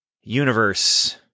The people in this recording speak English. Universe